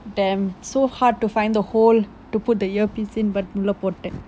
damn so hard to find the hole to put the earpiece in but உள்ள போட்டேன்:ulla pottaen